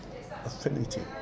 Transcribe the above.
Affinity